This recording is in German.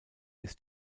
ist